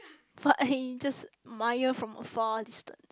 but I just admire from the far distance